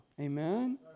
Amen